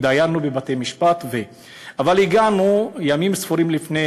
התדיינו בבתי-משפט, אבל הגענו, ימים ספורים לפני